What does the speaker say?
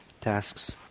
tasks